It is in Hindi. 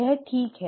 यह ठीक है